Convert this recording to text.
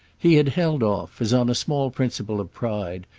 he had held off, as on a small principle of pride,